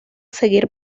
seguir